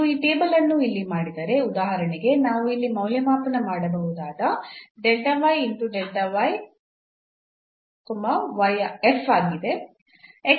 ನೀವು ಈ ಟೇಬಲ್ ಅನ್ನು ಇಲ್ಲಿ ಮಾಡಿದರೆ ಉದಾಹರಣೆಗೆ ನಾವು ಇಲ್ಲಿ ಮೌಲ್ಯಮಾಪನ ಮಾಡಬಹುದಾದ ಆಗಿದೆ